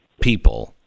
people